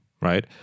right